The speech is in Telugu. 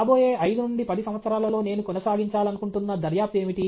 రాబోయే 5 నుండి 10 సంవత్సరాలలో నేను కొనసాగించాలనుకుంటున్న దర్యాప్తు ఏమిటి